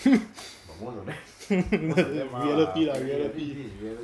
reality lah reality